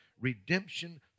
redemption